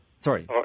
Sorry